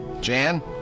Jan